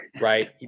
right